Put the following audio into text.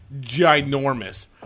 ginormous